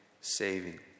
saving